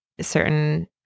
certain